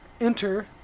enter